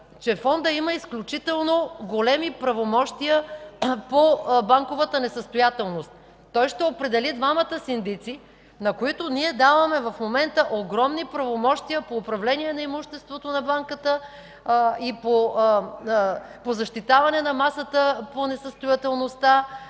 че Фондът има изключително големи правомощия по банковата несъстоятелност. Той ще определи двамата синдици, на които ние даваме в момента огромни правомощия по управление на имуществото на банката и по защитаване на масата по несъстоятелността,